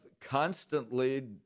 constantly